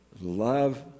love